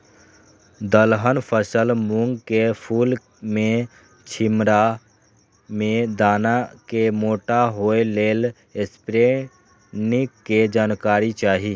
दलहन फसल मूँग के फुल में छिमरा में दाना के मोटा होय लेल स्प्रै निक के जानकारी चाही?